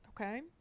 Okay